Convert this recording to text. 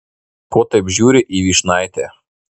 ko taip žiūri į vyšnaitę